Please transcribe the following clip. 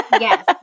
Yes